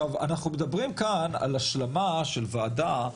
אנחנו מדברים כאן על השלמה של ועדה,